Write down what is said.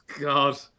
God